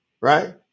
right